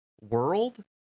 world